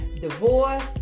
divorce